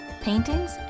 paintings